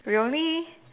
we only